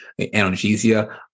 analgesia